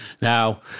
Now